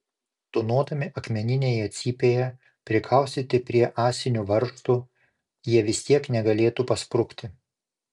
tūnodami akmeninėje cypėje prikaustyti prie ąsinių varžtų jie vis tiek negalėtų pasprukti